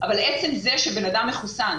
עצם זה שבן אדם מחוסן,